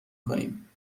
کنیم